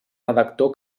redactor